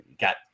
Got